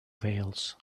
veils